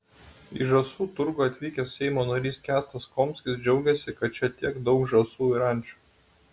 į žąsų turgų atvykęs seimo narys kęstas komskis džiaugėsi kad čia tiek daug žąsų ir ančių